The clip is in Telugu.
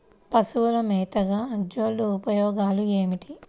పశువుల మేతగా అజొల్ల ఉపయోగాలు ఏమిటి?